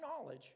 knowledge